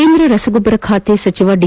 ಕೇಂದ್ರ ರಸಗೊಬ್ಬರ ಖಾತೆಯ ಸಚಿ ದಿ